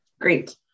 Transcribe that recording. great